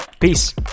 Peace